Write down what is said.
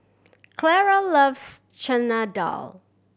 Clara loves Chana Dal